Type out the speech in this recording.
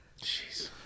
Jeez